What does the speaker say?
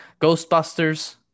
Ghostbusters